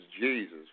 Jesus